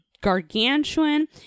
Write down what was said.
gargantuan